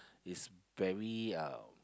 is very um